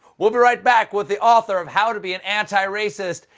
we'll be right back with the author of how to be an antiracist,